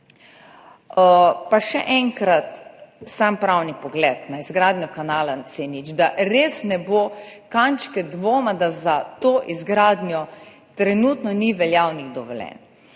Še enkrat, sam pravni pogled na izgradnjo kanala C0, da res ne bo kančka dvoma, da za to izgradnjo trenutno ni veljavnih dovoljenj.